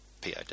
POD